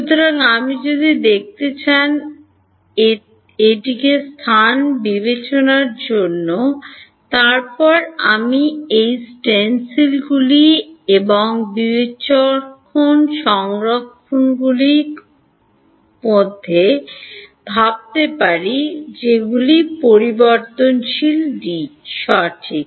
সুতরাং আমি যদি দেখতে চান এটিকে স্থান বিবেচনার জন্য তারপর আমি এই স্টেনসিলগুলি এবং বিচক্ষণ সংস্করণগুলির মধ্যে ভাবতে পারি যাগুলির পরিবর্তনশীল ডি সঠিক